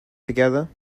together